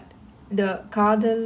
oh shit